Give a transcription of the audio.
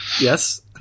Yes